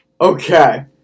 Okay